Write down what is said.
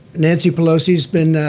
nancy pelosi has been.